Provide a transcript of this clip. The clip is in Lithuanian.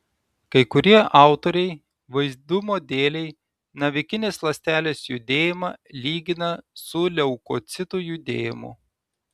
kai kurie autoriai vaizdumo dėlei navikinės ląstelės judėjimą lygina su leukocitų judėjimu